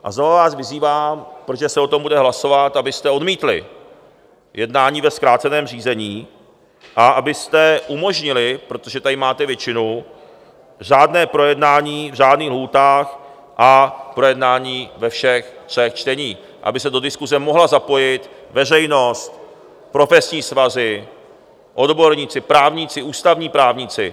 A znovu vás vyzývám, protože se o tom bude hlasovat, abyste odmítli jednání ve zkráceném řízení a abyste umožnili, protože tady máte většinu, řádné projednání v řádných lhůtách a projednání ve všech třech čteních, aby se do diskuse mohla zapojit veřejnost, profesní svazy, odborníci, právníci, ústavní právníci.